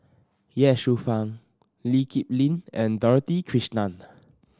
Ye Shufang Lee Kip Lin and Dorothy Krishnan